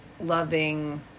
loving